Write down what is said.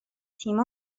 تیم